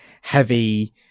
heavy